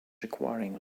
requiring